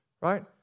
right